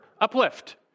uplift